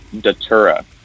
Datura